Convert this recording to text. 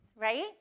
right